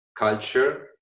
culture